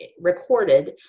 recorded